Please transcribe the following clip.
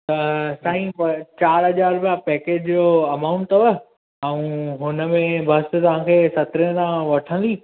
त साईं चार हज़ार रुपया पैकिट जो अमाउंट अथव ऐं हुनमें बस तव्हां खे सतिरहं सौ वठंदी